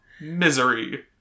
Misery